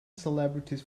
celebrities